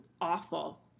awful